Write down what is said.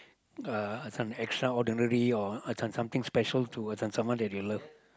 uh some extra ordinary or some some something special to someone that you love